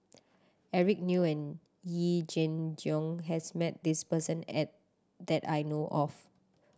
Eric Neo and Yee Jenn Jong has met this person at that I know of